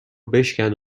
بشکن